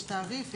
יש תעריף?